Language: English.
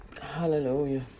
hallelujah